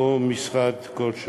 או מַשדר מצוקה כלשהו.